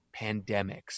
pandemics